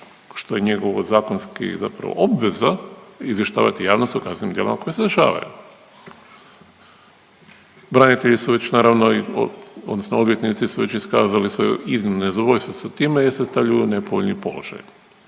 što je njegovi zakonski zapravo obveza izvještavati javnost o kaznenim djelima koja se dešavaju. Branitelji su već naravno i odnosno odvjetnici su već iskazali svoje iznimno nezadovoljstvo sa time jer se stavljaju u nepovoljni položaj.